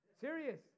Serious